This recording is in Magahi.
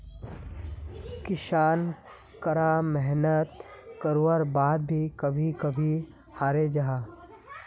किसान करा मेहनात कारवार बाद भी कभी कभी हारे जाहा